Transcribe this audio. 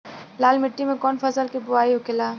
लाल मिट्टी में कौन फसल के बोवाई होखेला?